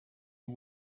you